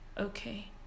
okay